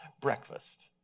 breakfast